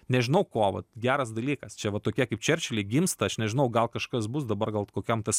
nežinau ko vat geras dalykas čia va tokie kaip čerčiliai gimsta aš nežinau gal kažkas bus dabar gal kokiam tas